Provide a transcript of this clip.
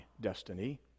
destiny